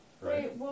Right